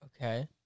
Okay